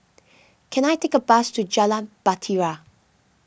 can I take a bus to Jalan Bahtera